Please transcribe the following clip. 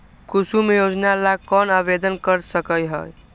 कुसुम योजना ला कौन आवेदन कर सका हई?